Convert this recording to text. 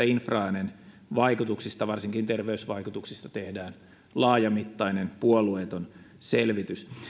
infraäänen vaikutuksista varsinkin terveysvaikutuksista tehdään laajamittainen puolueeton selvitys